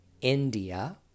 India